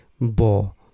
bo